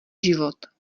život